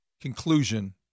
conclusion